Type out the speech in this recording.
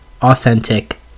authentic